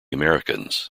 americans